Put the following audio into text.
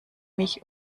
mich